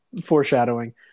foreshadowing